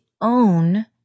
own